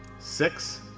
Six